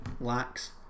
lacks